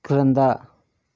క్రింద